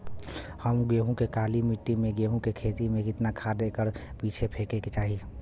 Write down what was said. हम लोग के काली मिट्टी में गेहूँ के खेती में कितना खाद एकड़ पीछे फेके के चाही?